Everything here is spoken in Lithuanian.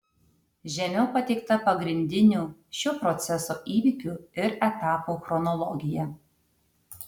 žemiau pateikta pagrindinių šio proceso įvykių ir etapų chronologija